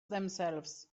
themselves